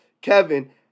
Kevin